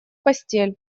постель